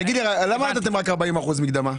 תגיד לי, למה נתתם רק ארבעים אחוזים מקדמה?